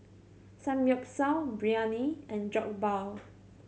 Samgyeopsal Biryani and Jokbal